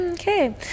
Okay